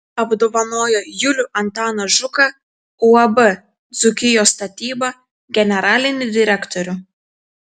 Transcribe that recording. apdovanojo julių antaną žuką uab dzūkijos statyba generalinį direktorių